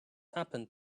happened